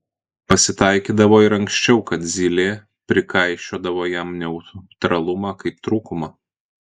pasitaikydavo ir anksčiau kad zylė prikaišiodavo jam neutralumą kaip trūkumą